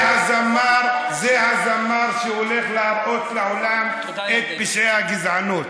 זה הזמר שהולך להראות לעולם את פשעי הגזענות,